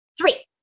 Three